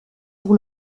pour